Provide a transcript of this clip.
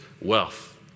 wealth